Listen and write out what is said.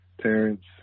parents